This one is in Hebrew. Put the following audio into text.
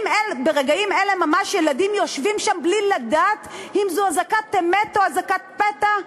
ברגעים אלה ממש ילדים יושבים שם בלי לדעת אם זו אזעקת אמת או אזעקת פתע,